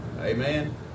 Amen